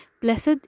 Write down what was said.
Blessed